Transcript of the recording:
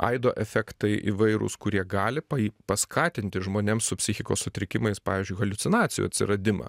aido efektai įvairūs kurie gali paį paskatinti žmonėms su psichikos sutrikimais pavyzdžiui haliucinacijų atsiradimą